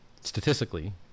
statistically